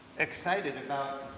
excited about.